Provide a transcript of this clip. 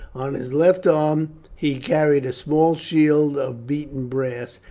on his left arm he carried a small shield of beaten brass,